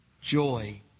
joy